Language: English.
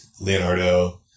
Leonardo